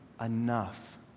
enough